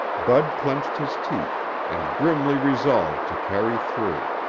bud clenched his teeth and grimly resolved to carry through.